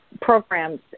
programs